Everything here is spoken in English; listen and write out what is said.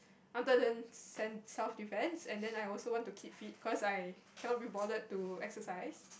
wanted learn cen~ self defense and then I also want to keep fit cause I cannot be bothered to exercise